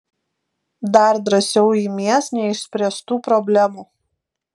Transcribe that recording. dar drąsiau imies neišspręstų problemų